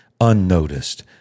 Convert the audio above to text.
unnoticed